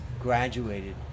graduated